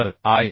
तर आय